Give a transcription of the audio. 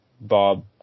Bob